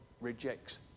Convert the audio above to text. rejects